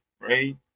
right